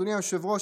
אדוני היושב-ראש,